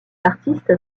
artistes